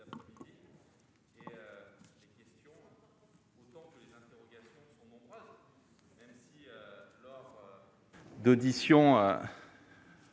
...